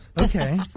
Okay